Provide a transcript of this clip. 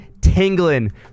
tingling